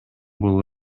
бул